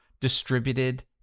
distributed